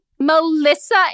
Melissa